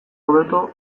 hobeto